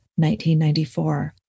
1994